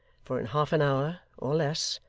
for in half an hour, or less,